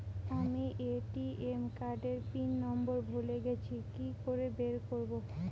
আমি ATM card এর pin number ভুলে গেছি কি করে বের করব?